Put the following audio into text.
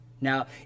Now